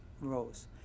rose